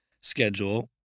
schedule